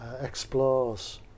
explores